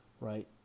right